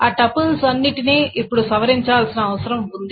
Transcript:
ఆ టపుల్స్ అన్నింటిని ఇప్పుడు సవరించాల్సిన అవసరం ఉంది